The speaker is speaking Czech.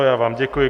Já vám děkuji.